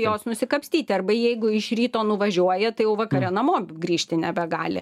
jos nusikapstyti arba jeigu iš ryto nuvažiuoja tai jau vakare namo grįžti nebegali